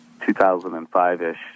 2005-ish